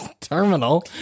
terminal